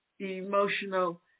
emotional